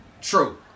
True